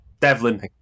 Devlin